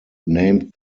named